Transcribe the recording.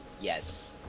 Yes